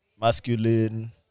Masculine